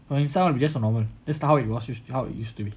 the inside one will just be normal that's how it's was how it used to be